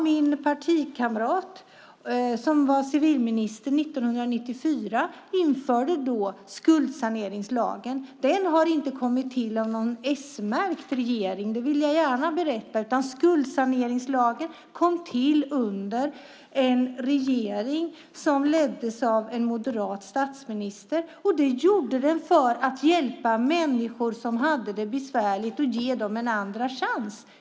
Min partikamrat, som var civilminister 1994, införde skuldsaneringslagen. Den har inte kommit till av någon s-märkt regering, vill jag gärna berätta, utan skuldsaneringslagen kom till under en regering som leddes av en moderat statsminister för att hjälpa människor som hade det besvärligt och ge dem en andra chans.